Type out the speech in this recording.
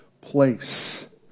place